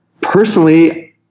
personally